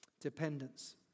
Dependence